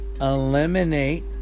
Eliminate